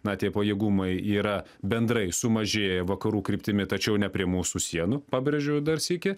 na tie pajėgumai yra bendrai sumažėję vakarų kryptimi tačiau ne prie mūsų sienų pabrėžiu dar sykį